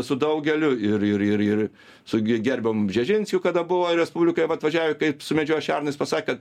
su daugeliu ir ir ir ir su ge gerbiamu bžežinskiu kada buvo respublikoj va atvažiavę kaip sumedžiojo šernus i pasakė kad